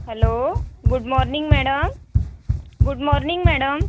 hello good morning madam good morning madam